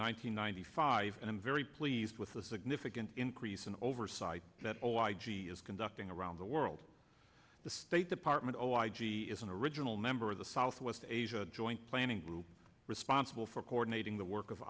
hundred ninety five and i'm very pleased with the significant increase in oversight that all i g is conducting around the world the state department oh i g is an original member of the southwest asia joint planning group responsible for coordinating the work of